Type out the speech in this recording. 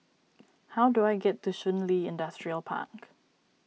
how do I get to Shun Li Industrial Park